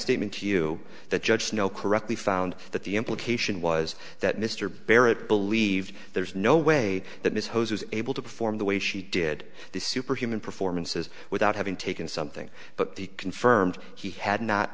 statement to you that judge no correctly found that the implication was that mr barrett believed there's no way that ms hose was able to perform the way she did the superhuman performances without having taken something but the confirmed he had not